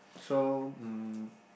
so mm